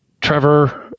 Trevor